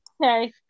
Okay